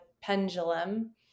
pendulum